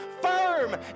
Firm